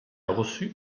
reçu